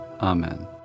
Amen